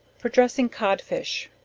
for dressing codfish.